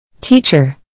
Teacher